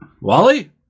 Wally